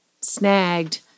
snagged